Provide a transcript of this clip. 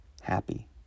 happy